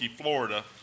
Florida